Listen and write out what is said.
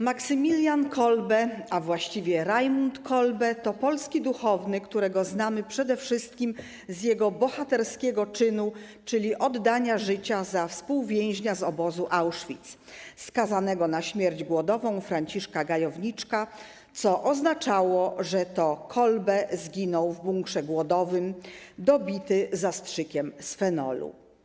Maksymilian Kolbe, a właściwie Rajmund Kolbe, to polski duchowny, którego znamy przede wszystkim z jego bohaterskiego czynu, czyli oddania życia za współwięźnia z obozu Auschwitz, skazanego na śmierć głodową Franciszka Gajowniczka, co oznaczało, że to Kolbe zginął w bunkrze głodowym dobity zastrzykiem z fenolu.